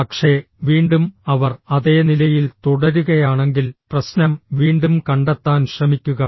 പക്ഷേ വീണ്ടും അവർ അതേ നിലയിൽ തുടരുകയാണെങ്കിൽ പ്രശ്നം വീണ്ടും കണ്ടെത്താൻ ശ്രമിക്കുക